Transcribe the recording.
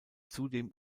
zudem